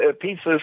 pieces